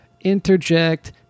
interject